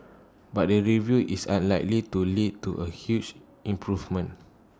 but the review is unlikely to lead to A huge improvement